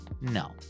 no